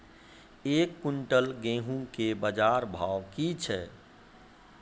एक क्विंटल गेहूँ के बाजार भाव की छ?